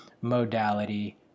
modality